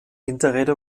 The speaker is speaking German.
hinterräder